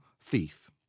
thief